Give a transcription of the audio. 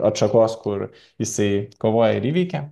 atšakos kur jisai kovoja ir įveikia